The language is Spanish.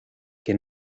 que